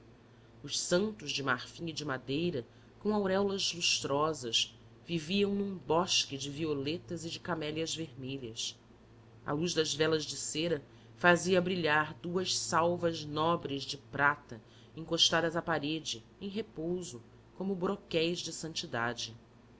os santos de marfim e de madeira com auréolas lustrosas viviam num bosque de violetas e de camélias vermelhas a luz das velas de cera fazia brilhar duas salvas nobres de prata encostadas à parede em repouso como broquéis de santidade